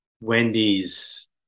Wendy's